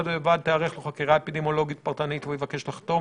בד בבד תיערך לו חקירה אפידמיולוגית פרטנית והוא יבקש לחתום